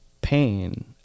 pain